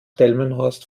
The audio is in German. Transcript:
delmenhorst